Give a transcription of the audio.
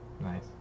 Nice